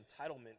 entitlement